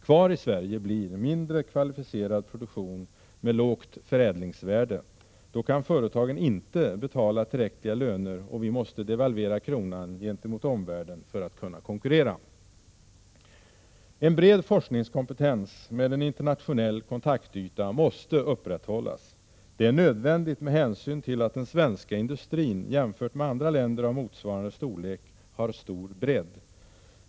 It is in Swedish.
Kvar i Sverige blir mindre kvalificerad produktion med lågt förädlingsvärde. Då kan företagen inte betala tillräckliga löner, och vi måste devalvera kronan gentemot omvärlden för att kunna konkurrera. En bred forskningskompetens med en internationell kontaktyta måste upprätthållas. Det är nödvändigt med hänsyn till att den svenska industrin, jämfört med industrin i andra länder av motsvarande storlek, har stor bredd.